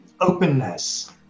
openness